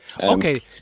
okay